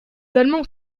allemands